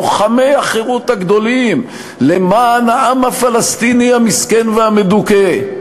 לוחמי החירות הגדולים למען העם הפלסטיני המסכן והמדוכא.